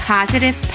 Positive